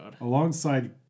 alongside